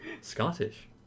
Scottish